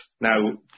Now